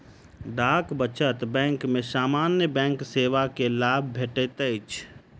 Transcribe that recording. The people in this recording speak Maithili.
डाक बचत बैंक में सामान्य बैंक सेवा के लाभ भेटैत अछि